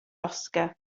oscar